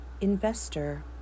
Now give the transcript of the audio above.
Investor